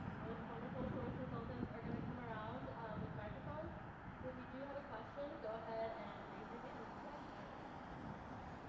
both wonderful source consultants are gonna come around with microphones, so if you do have a question, go ahead and raise your hand and we'll start discussing.